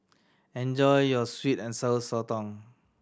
enjoy your sweet and Sour Sotong